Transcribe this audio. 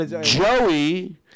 Joey